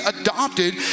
adopted